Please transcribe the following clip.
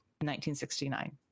1969